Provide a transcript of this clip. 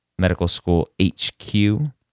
medicalschoolhq